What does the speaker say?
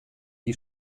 gli